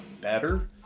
better